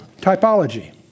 typology